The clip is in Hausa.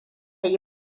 yi